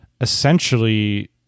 essentially